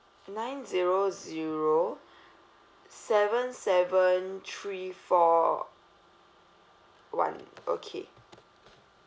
nine zero zero seven seven three four one okay